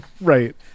Right